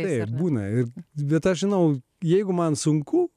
ir būna ir vietą žinau jeigu man sunku